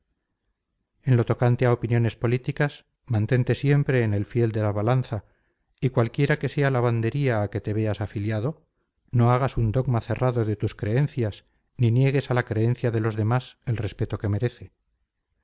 en lo tocante a opiniones políticas mantente siempre en el fiel de la balanza y cualquiera que sea la bandería a que te veas afiliado no hagas un dogma cerrado de tus creencias ni niegues a la creencia de los demás el respeto que merece